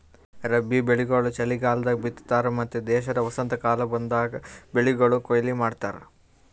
ರಬ್ಬಿ ಬೆಳಿಗೊಳ್ ಚಲಿಗಾಲದಾಗ್ ಬಿತ್ತತಾರ್ ಮತ್ತ ದೇಶದ ವಸಂತಕಾಲ ಬಂದಾಗ್ ಬೆಳಿಗೊಳಿಗ್ ಕೊಯ್ಲಿ ಮಾಡ್ತಾರ್